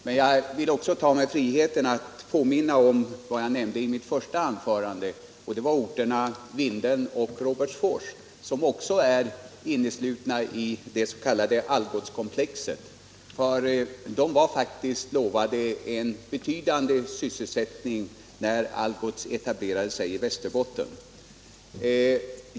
Men jag tar mig också friheten att påminna om — liksom i mitt första anförande — orterna Vindeln och Robertsfors, som också är inneslutna i det s.k. Algotskomplexet. De var faktiskt lovade en betydande sysselsättning när Algots etablerade sig i Västerbotten.